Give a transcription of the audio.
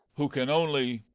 who can only.